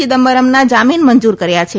ચિદમ્બરમના જામીન મંજૂર કર્યા છે